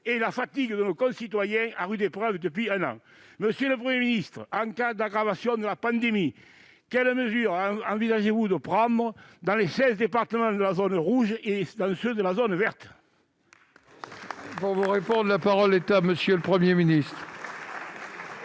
et la fatigue de nos concitoyens, mis à rude épreuve depuis un an. Monsieur le Premier ministre, en cas d'aggravation de la pandémie, quelles mesures envisagez-vous de prendre dans les seize départements de la zone rouge et dans ceux de la zone verte ? La parole est à M. le Premier ministre.